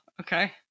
Okay